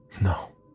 No